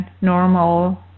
normal